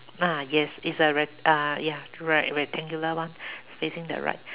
ah yes is a re~ uh ya right rectangular one facing the right